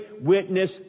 witness